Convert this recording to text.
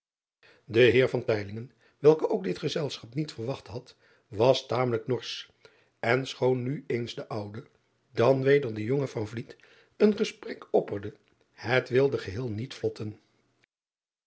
e eer welke ook dit gezelschap niet verwacht had was tamelijk norsch n schoon nu eens de oude dan weder de jonge een gesprek opperde het wilde geheel niet vlotten